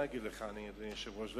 אדוני היושב-ראש,